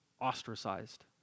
ostracized